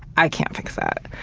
i can't fix that.